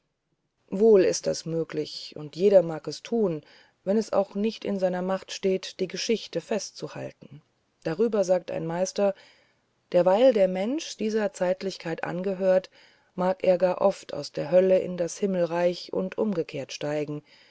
wohl ist das möglich und jeder mag das tun wenn es auch nicht in seiner macht steht die gesichte festzuhalten darüber sagt ein meister derweil der mensch dieser zeitlichkeit angehört mag er gar oft aus der hölle in das himmelreich und umgekehrt steigen